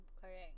Correct